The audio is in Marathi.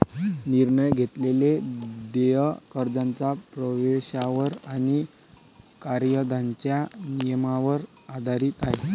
निर्णय घेतलेले देय कर्जाच्या प्रवेशावर आणि कायद्याच्या नियमांवर आधारित आहे